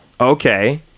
okay